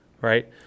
right